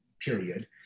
Period